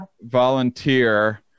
Volunteer